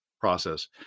process